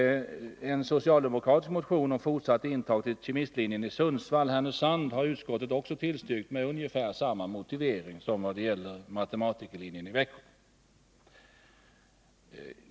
En socialdemokratisk motion om fortsatt intagning till kemistlinjen i Sundsvall/Härnösand har utskottet också tillstyrkt med ungefär samma motivering som vad det gäller matematikerlinjen i Växjö.